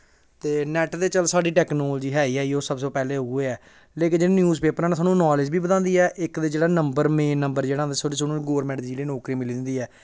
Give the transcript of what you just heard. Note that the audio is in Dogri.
ते नेट ते चलो साढ़ी टेक्नोलॉजी ऐ ई ऐ सब तों पैह्लें उ'ऐ ऐ लेकिन जेह्ड़े न्यूज़ पेपर न सानूं साढ़ी नॉलेज बी बधांदे ऐ इक ते जेह्ड़ा नंबर मेन नंबर जेह्ड़ा होंदा सानूं गौरमेंट दी जेह्ड़ी नौकरी मिली दी होंदी ऐ